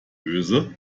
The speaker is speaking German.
öse